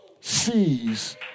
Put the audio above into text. sees